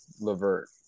Levert